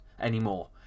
Anymore